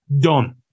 done